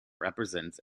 represents